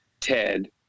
Ted